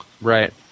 Right